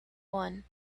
one